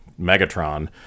Megatron